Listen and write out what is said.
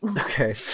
Okay